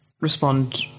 respond